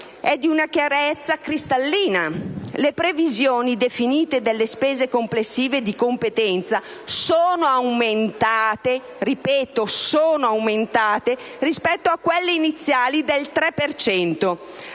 è di una chiarezza cristallina. Le previsioni definite delle spese complessive di competenza sono aumentate - ripeto, sono aumentate